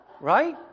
Right